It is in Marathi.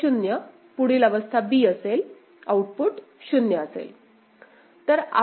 नंतर 0 पुढील अवस्था b असेल आउटपुट 0 असेल